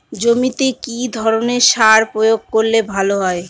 জমিতে কি ধরনের সার প্রয়োগ করলে ভালো হয়?